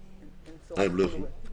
הם לא יוכלו.